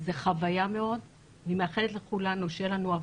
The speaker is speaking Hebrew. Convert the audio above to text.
אני מלווה את חיים כברת דרך ארוכה בתפקידיי בתעשייה האווירית,